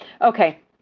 Okay